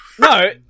No